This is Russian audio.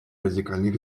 радикальных